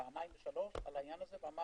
פעמיים, שלוש, ואמר: